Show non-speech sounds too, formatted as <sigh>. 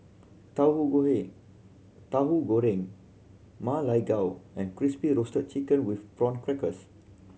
tahu <unintelligible> Tahu Goreng Ma Lai Gao and Crispy Roasted Chicken with Prawn Crackers